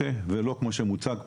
ולא כמו שמוצג פה,